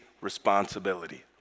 responsibility